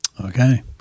Okay